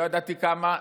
לא ידעתי כמה,